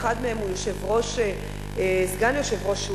אחד מהם הוא סגן יושב-ראש,